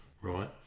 Right